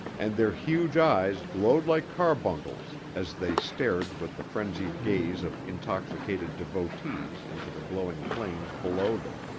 and their huge eyes glowed like carbuncles as they stared with the frenzied gaze of intoxicated devotees into the glowing flames below them.